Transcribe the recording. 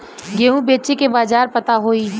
गेहूँ बेचे के बाजार पता होई?